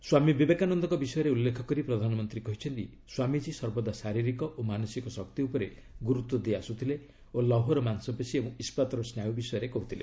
ସ୍ୱାମୀ ବିବେକାନନ୍ଦଙ୍କ ବିଷୟରେ ଉଲ୍ଲେଖ କରି ପ୍ରଧାନମନ୍ତ୍ରୀ କହିଛନ୍ତି ସ୍ୱାମିଜ୍ଞୀ ସର୍ବଦା ଶାରିରୀକ ଓ ମାନସିକ ଶକ୍ତି ଉପରେ ଗୁରୁତ୍ୱ ଦେଇ ଆସ୍ତଥିଲେ ଓ ଲୌହର ମାଂସପେଶୀ ଏବଂ ଇସ୍କାତର ସ୍ନାୟ ବିଷୟରେ କହୁଥିଲେ